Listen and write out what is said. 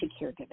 caregiving